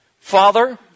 Father